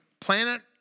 planet